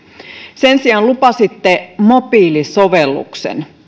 sen sijaan lupasitte mobiilisovelluksen